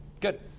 good